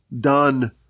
done